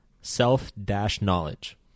self-knowledge